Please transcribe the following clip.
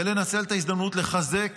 ולנצל את ההזדמנות לחזק